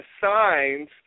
Signs